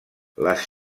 les